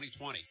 2020